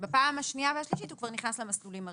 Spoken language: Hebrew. בפעם השנייה והשלישית הוא כבר נכנס למסלולים הרגילים.